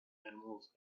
animals